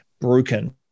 broken